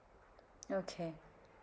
okay